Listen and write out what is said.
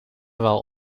wel